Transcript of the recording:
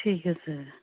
ਠੀਕ ਹੈ ਸਰ